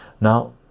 Now